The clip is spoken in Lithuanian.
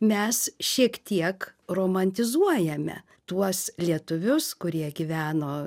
mes šiek tiek romantizuojame tuos lietuvius kurie gyveno